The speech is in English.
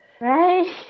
right